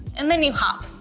and then you hop.